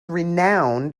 renowned